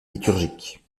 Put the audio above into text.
liturgiques